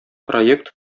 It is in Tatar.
проект